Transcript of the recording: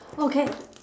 okay